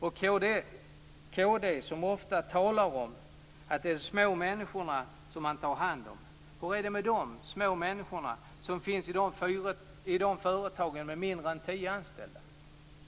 Kd talar ofta om att ta hand om de små människorna. Hur är det med de små människorna som finns i företagen med färre än tio anställda?